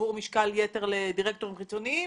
עבור משקל יתר לדירקטורים חיצוניים,